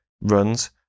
runs